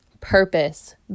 purpose